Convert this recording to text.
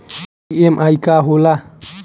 EMI का होला?